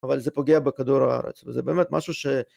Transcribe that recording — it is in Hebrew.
‫אבל זה פוגע בכדור הארץ, ‫וזה באמת משהו ש...